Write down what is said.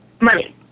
Money